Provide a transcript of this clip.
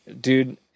dude